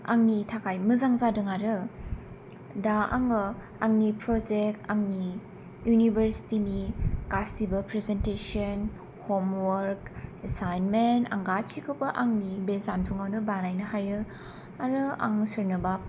आंनि थाखाय मोजां जादों आरो दा आङो आंनि प्रजेक्ट आंनि इउनिभार्सिटिनि गासिबो प्रेसेन्टेशन हमवार्क एसाइनमेन्ट आं गासिखौबो आंनि बे जानबुङावनो बानायनो हायो आरो आं सोरनोबा